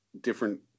different